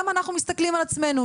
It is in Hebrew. גם אנחנו מסתכלים על עצמנו.